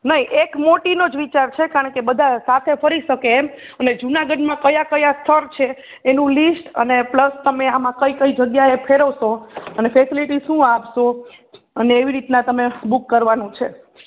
નઇ એક મોટીનો જ વિચાર છે કારણ કે બધા સાથે ફરી સકે એમ એટલે જૂનાગઢમાં કયા કયા સ્થળ છે એનું લીસ્ટ અને પ્લસ તમે આમાં કઈ કઈ જગ્યાએ ફેરવસો અને ફેસેલેટી શું આપસો અને એવી રીતના તમે બુક કરવાનું છે